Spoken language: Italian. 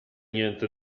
niente